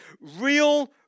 real